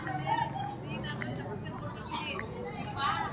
ಇಳುವಾರಿ ಹೊಲದಲ್ಲಿ ಯಾವ ನೇರಾವರಿ ವ್ಯವಸ್ಥೆ ಮಾಡಬೇಕ್ ರೇ?